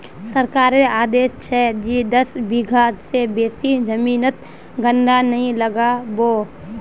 सरकारेर आदेश छ जे दस बीघा स बेसी जमीनोत गन्ना नइ लगा बो